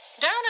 Down